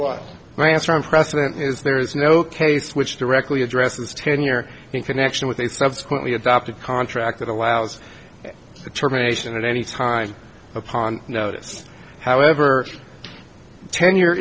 well my answer in precedent is there is no case which directly addresses tenure in connection with a subsequently adopted contract that allows the terminations at any time upon notice however tenure